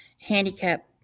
handicap